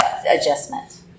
adjustment